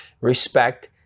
Respect